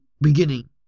beginning